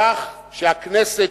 כך שהכנסת,